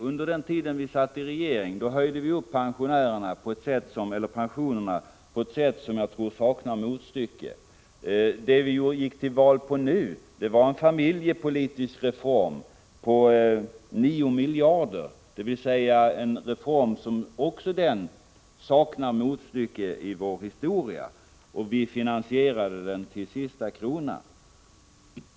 Under den tid vi satt i regering höjde vi pensionerna på ett sätt som jag tror saknar motstycke. Det vi gick till val på nu var en familjepolitisk reform på 9 miljarder, det vill säga en reform som också den saknar motstycke i vår historia, och vi finansierade den till sista kronan.